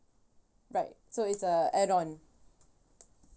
right so it's a add on